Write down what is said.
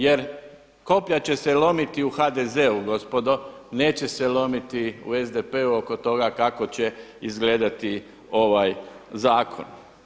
Jer koplja će se lomiti u HDZ-u gospodo, neće se lomiti u SDP-u oko toga kako će izgledati ovaj zakon.